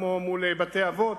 ומול בתי-אבות?